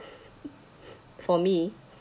for me